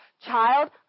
Child